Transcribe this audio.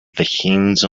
hinge